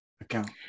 account